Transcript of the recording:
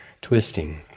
twisting